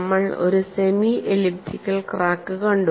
നമ്മൾ ഒരു semi elliptical crack കണ്ടു